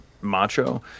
macho